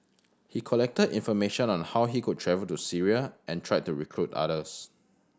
he collected information on how he could travel to Syria and tried to recruit others